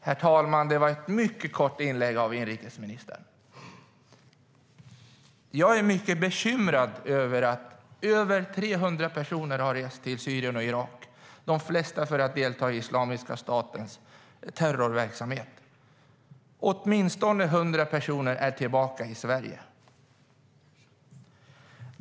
Herr talman! Det var ett mycket kort inlägg av inrikesministern. Jag är mycket bekymrad över att fler än 300 personer har rest till Syrien och Irak, de flesta för att delta i Islamiska statens terrorverksamhet. Åtminstone 100 personer är tillbaka i Sverige.